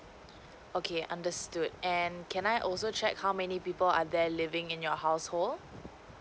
okay understood and can I also check how many people are there living in your household